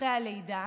אחרי הלידה,